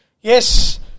Yes